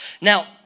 Now